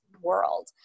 world